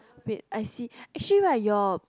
wait I see actually right your